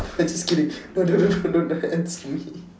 I just kidding don't don't don't don't answer me